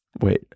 wait